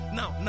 now